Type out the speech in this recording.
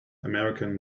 american